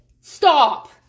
Stop